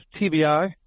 TBI